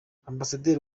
ambasaderi